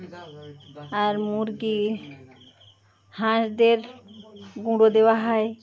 আর মুরগি হাঁসদের গুঁড়ো দেওয়া হয়